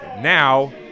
now